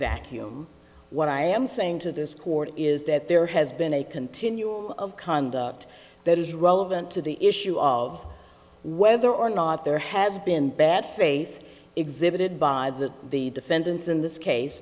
vacuum what i am saying to this court is that there has been a continuum of conduct that is relevant to the issue of whether or not there has been bad faith exhibited by that the defendants in this case